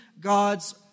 God's